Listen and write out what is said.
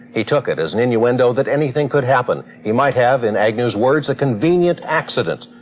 he took it as an innuendo that anything could happen, he might have in agnew's words a convenient accident.